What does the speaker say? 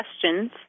questions